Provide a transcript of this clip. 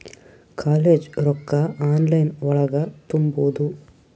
College ರೊಕ್ಕ online ಒಳಗ ತುಂಬುದು?